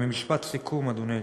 במשפט סיכום, אדוני היושב-ראש: